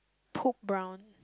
poop brown